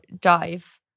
dive